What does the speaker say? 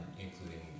including